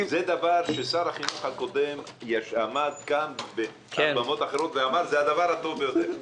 שר החינוך הקודם אמר שזה הדבר הטוב ביותר.